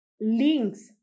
links